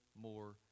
more